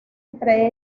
entre